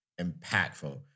impactful